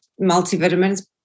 multivitamins